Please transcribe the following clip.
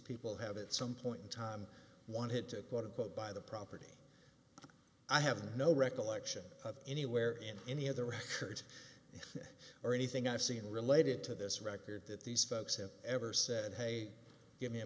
people have at some point in time wanted to put a quote by the property i have no recollection of anywhere in any of the records or anything i've seen related to this record that these folks have ever said hey give me a